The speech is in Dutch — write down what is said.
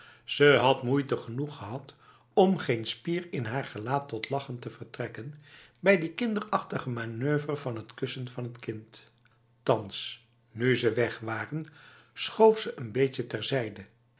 ze had moeite genoeg gehad om geen spier in haar gelaat tot lachen te vertrekken bij die kinderachtige manoeuvre van het kussen van t kind thans nu ze weg waren schoof ze n beetje terzijde